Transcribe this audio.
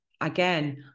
again